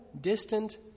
distant